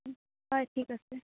হয় ঠিক আছে